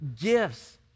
gifts